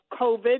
COVID